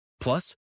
Plus